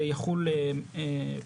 זה יחול פרוספקטיבי,